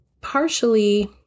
partially